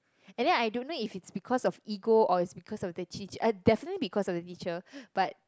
and then I don't know if it's because of ego or is because of the definitely because of the teacher but